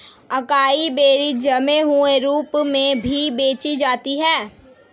acai berries जमे हुए रूप में भी बेची जाती हैं